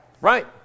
Right